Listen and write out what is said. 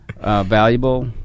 valuable